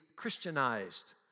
Christianized